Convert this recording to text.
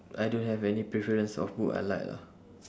I don't have any preference of book I like lah